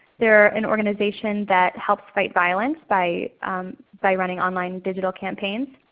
they're an organization that helps fight violence by by running online digital campaigns.